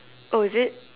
oh is it